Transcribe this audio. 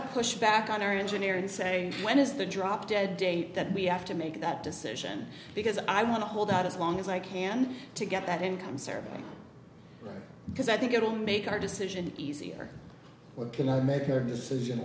to push back on our engineer and say when is the drop dead date that we have to make that decision because i want to hold out as long as i can to get that income served because i think it will make our decision easier what can i make her decision